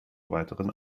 weiteren